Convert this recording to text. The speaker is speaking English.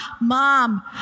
mom